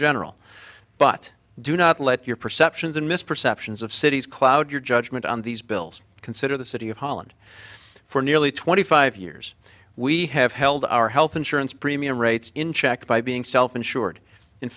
general but do not let your perceptions and misperceptions of cities cloud your judgment on these bills consider the city of holland for nearly twenty five years we have held our health insurance premium rates in check by being self insured in